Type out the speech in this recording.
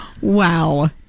wow